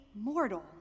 Mortal